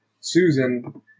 Susan